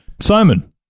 Simon